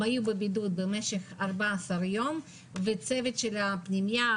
הם היו בבידוד במשך 14 יום וצוות של הפנימיה,